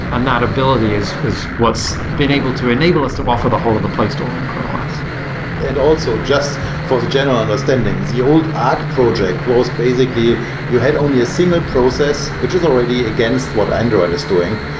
and that ability is is what's been able to enable us to offer the whole of the play store on chrome os and also, just for the general understanding, the old arc project was basically you had only a single process, which is already against what android is doing.